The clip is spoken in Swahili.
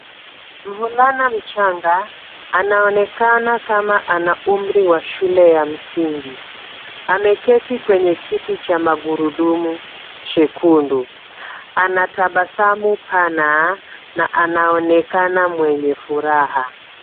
Mvulana mchanga anaonekana kama ana umri wa shule ya mzingi, ameketi kwenye kiti cha magurudumu chekundu anatabasamu pana na anaonekana mwenye furaha.